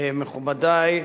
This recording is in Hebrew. מכובדי,